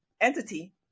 entity